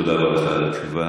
תודה רבה לך על התשובה.